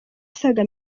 asaga